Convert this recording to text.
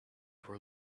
were